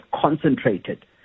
concentrated